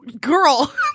Girl